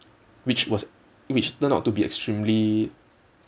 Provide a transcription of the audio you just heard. which was which turned out to be extremely